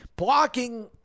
Blocking